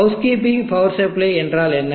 house keeping power supply என்றால் என்ன